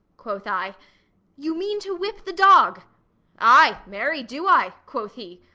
quoth i you mean to whip the dog ay, marry do i' quoth he.